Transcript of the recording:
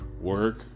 work